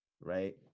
right